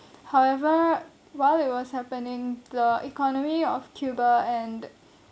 however while it was happening the economy of cuba and